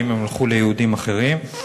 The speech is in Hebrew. האם הם הלכו לייעודים אחרים?